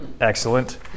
Excellent